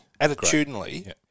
Attitudinally